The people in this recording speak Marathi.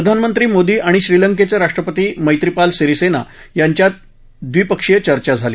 प्रधानमंत्री मोदी आणि श्रीलंकेचे राष्ट्रपती मैत्रीपाल सिरीसेना यांच्यात द्विपक्षीय चर्चा झाली